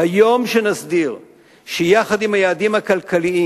ביום שנסדיר שיחד עם היעדים הכלכליים